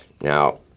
Now